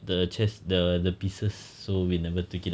the chess the the pieces so we never took it out